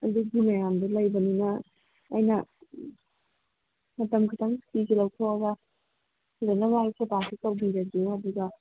ꯑꯗꯨꯒꯤ ꯃꯌꯥꯝꯗꯨ ꯂꯩꯕꯅꯤꯅ ꯑꯩꯅ ꯃꯇꯝ ꯈꯇꯪ ꯁꯨꯇꯤꯁꯤ ꯂꯧꯊꯣꯛꯑꯒ ꯐꯖꯅ ꯃꯥꯒꯤ ꯁꯦꯕꯁꯤ ꯇꯧꯕꯤꯔꯒꯦ ꯑꯗꯨꯒ